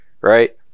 right